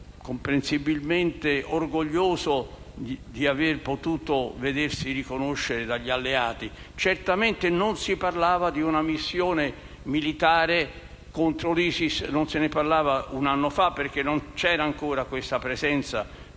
stato comprensibilmente orgoglioso di essersi visto riconoscere dagli alleati, certamente non si parlava di una missione militare contro l'ISIS. Non se ne parlava un anno fa perché non c'era ancora questa presenza insidiosa